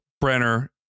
brenner